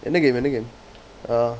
என்ன:enna game என்ன:enna game ah